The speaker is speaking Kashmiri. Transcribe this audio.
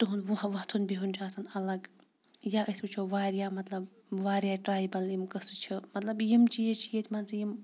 تِہُنٛد وۄہ وۄتھُن بِہُن چھِ آسان الگ یا أسۍ وٕچھو واریاہ مطلب واریاہ ٹرٛایبَل یِم قٕصہٕ چھِ مطلب یِم چیٖز چھِ ییٚتہِ مان ژٕ یِم